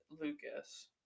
Lucas